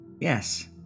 Yes